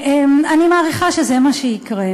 אני מעריכה שזה מה שיקרה.